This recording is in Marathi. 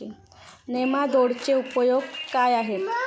नेमाटोडचे उपयोग काय आहेत?